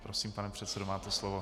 Prosím, pane předsedo, máte slovo.